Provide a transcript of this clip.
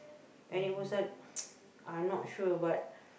and it was a I'm not sure but